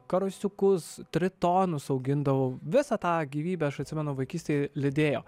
karosiukus tritonus augindavau visa tą gyvybė aš atsimenu vaikystėje lydėjo